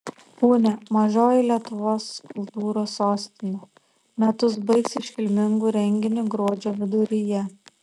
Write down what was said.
punia mažoji lietuvos kultūros sostinė metus baigs iškilmingu renginiu gruodžio viduryje